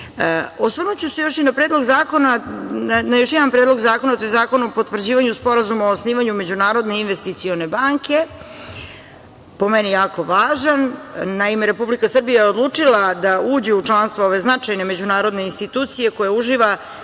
društva. Osvrnuću se još i na još jedan predlog zakona, a to je zakona o potvrđivanju Sporazuma o osnivanju Međunarodne investicione banke, po meni jako važan. Naime, Republika Srbija je odlučila da uđe u članstvo ove značajne međunarodne institucije koja uživa